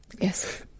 Yes